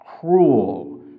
cruel